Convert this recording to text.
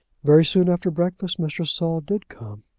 very soon after breakfast mr. saul did come.